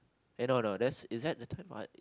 eh no no that's is that the term uh it